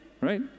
right